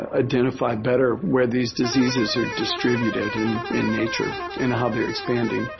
ah identify better where these diseases are distributed and in nature and how they're expanding.